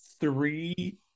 three